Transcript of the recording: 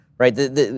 Right